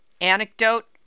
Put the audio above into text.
anecdote